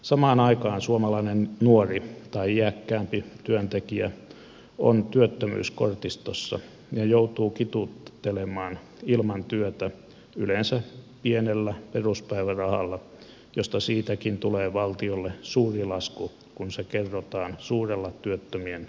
samaan aikaan suomalainen nuori tai iäkkäämpi työntekijä on työttömyyskortistossa ja joutuu kituuttelemaan ilman työtä yleensä pienellä peruspäivärahalla josta siitäkin tulee valtiolle suuri lasku kun se kerrotaan suurella työttömien määrällä